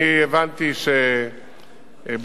אני הבנתי שבשיחה